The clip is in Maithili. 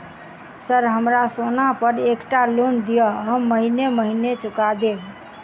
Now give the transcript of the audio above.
सर हमरा सोना पर एकटा लोन दिऽ हम महीने महीने चुका देब?